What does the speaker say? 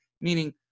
meaning